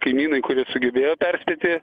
kaimynai kurie sugebėjo perspėti